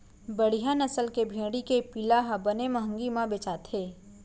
बड़िहा नसल के भेड़ी के पिला ह बने महंगी म बेचाथे